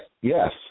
yes